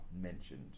mentioned